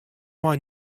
mei